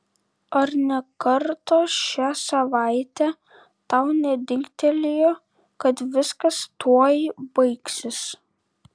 ar nė karto šią savaitę tau nedingtelėjo kad viskas tuoj baigsis